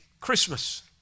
Christmas